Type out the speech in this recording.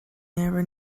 never